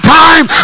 time